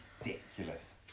ridiculous